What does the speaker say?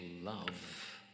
love